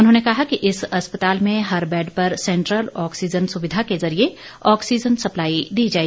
उन्होंने कहा कि इस अस्पताल में हर बैड पर सेंट्रल ऑक्सीजन सुविधा के जरिए ऑक्सीजन सप्लाई दी जाएगी